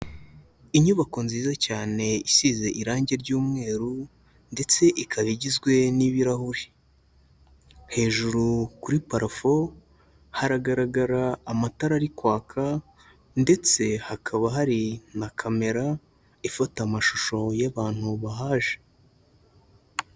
Inyubako nziza cyane isize irangi ry'umweru, ndetse ikaba igizwe n'ibirahuri. Hejuru kuri parafo haragaragara amatara ari kwaka, ndetse hakaba hari na kamera ifata amashusho y'abantu bahaje.